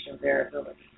variability